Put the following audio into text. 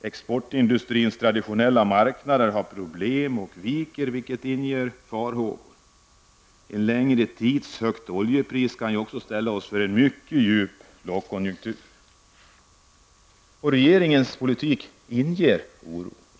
Exportindustrins traditionella marknader har problem och viker, vilket inger farhågor. En längre tids högt oljepris kan ställa oss inför mycket djup lågkonjunktur. Regeringens politik inger oro.